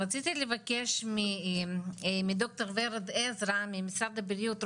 רציתי לבקש מדוקטור ורד עזרא ממשרד הבריאות,